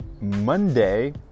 Monday